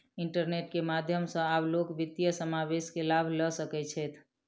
internet के माध्यम सॅ आब लोक वित्तीय समावेश के लाभ लअ सकै छैथ